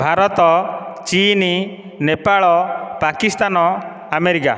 ଭାରତ ଚୀନ ନେପାଳ ପାକିସ୍ତାନ ଆମେରିକା